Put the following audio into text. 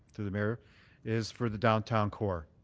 through the mayor is for the downtown core.